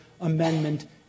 amendment